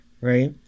right